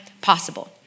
possible